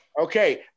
Okay